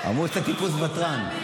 אמרו שאתה טיפוס ותרן.